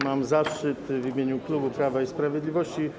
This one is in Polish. Mam zaszczyt w imieniu klubu Prawa i Sprawiedliwości.